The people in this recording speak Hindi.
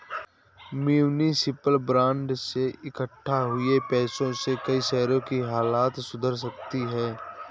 म्युनिसिपल बांड से इक्कठा हुए पैसों से कई शहरों की हालत सुधर सकती है